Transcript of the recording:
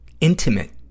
intimate